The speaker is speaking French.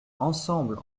ensemble